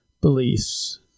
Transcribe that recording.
beliefs